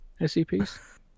SCPs